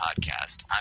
Podcast